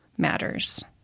matters